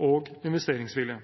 og investeringsvilje.